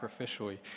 sacrificially